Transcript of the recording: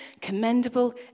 commendable